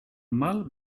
mal